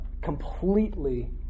completely